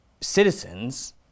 citizens